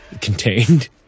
contained